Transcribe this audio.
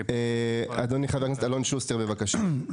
אדוני חבר הכנסת אלון שוסטר, בבקשה.